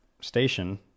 station